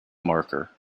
marker